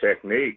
technique